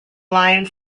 lions